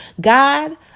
God